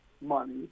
money